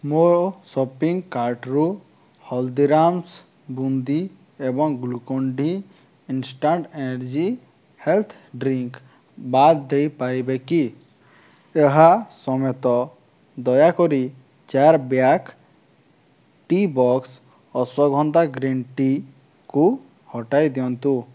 ମୋ ସପିଙ୍ଗ୍ କାର୍ଟ୍ରୁ ହଳଦୀରାମ୍ସ୍ ବୁନ୍ଦି ଏବଂ Glucon D instant energy health drink ବାଦ୍ ଦେଇପାରିବେ କି ଏହା ସମେତ ଦୟାକରି ଚାର ବ୍ୟାଗ୍ ଟି ବକ୍ସ ଅଶ୍ଵଗନ୍ଧା ଗ୍ରୀନ୍ ଟିକୁ ହଟାଇ ଦିଅନ୍ତୁ